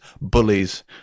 bullies